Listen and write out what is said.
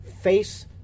face